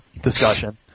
discussion